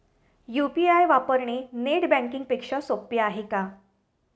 UPI वापरणे net banking पेक्षा सोपे आहे का?